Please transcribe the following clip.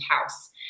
house